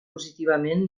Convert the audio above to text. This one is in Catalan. positivament